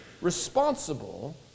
responsible